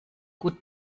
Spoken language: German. gut